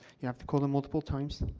you have to call them multiple times.